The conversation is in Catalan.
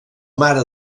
mare